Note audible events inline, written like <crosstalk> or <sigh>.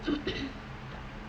<noise>